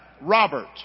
Robert